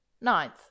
Ninth